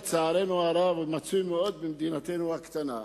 ולצערנו הרב מצוי מאוד במדינתנו הקטנה.